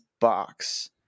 box